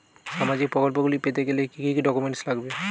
সামাজিক প্রকল্পগুলি পেতে গেলে কি কি ডকুমেন্টস লাগবে?